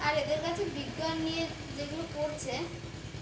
আর এদের কাছে বিজ্ঞান নিয়ে যেগুলো পড়ছে